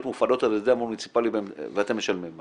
מופעלות על ידי המוניציפלי ואתם משלמים,